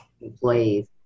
employees